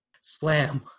slam